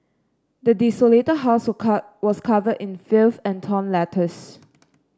the desolated house were car was covered in filth and torn letters